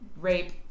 rape